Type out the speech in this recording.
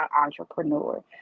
entrepreneur